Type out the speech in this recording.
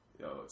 Yo